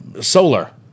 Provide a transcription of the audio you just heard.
solar